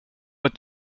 ett